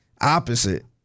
opposite